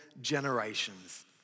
generations